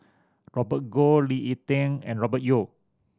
Robert Goh Lee Ek Tieng and Robert Yeo